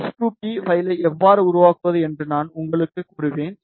எஸ்2பி பைலை எவ்வாறு உருவாக்குவது என்று நான் உங்களுக்கு கூறுவேன்